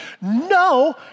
No